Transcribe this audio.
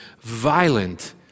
violent